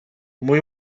mój